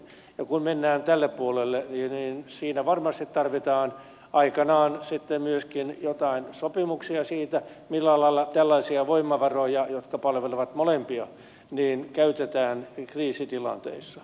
ja kun mennään tälle puolelle siinä varmasti tarvitaan aikanaan sitten myöskin jotain sopimuksia siitä millä lailla tällaisia voimavaroja jotka palvelevat molempia käytetään kriisitilanteissa